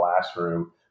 classroom